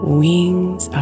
wings